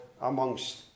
amongst